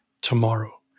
tomorrow